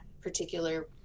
particular